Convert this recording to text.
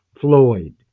Floyd